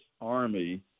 army